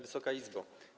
Wysoka Izbo!